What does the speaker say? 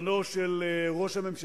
אני מאוד מבקש שתתכנס לסיום בתוך שלוש דקות,